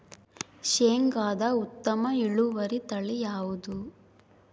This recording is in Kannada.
ಶೇಂಗಾದ ಉತ್ತಮ ಇಳುವರಿ ತಳಿ ಯಾವುದು?